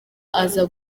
aza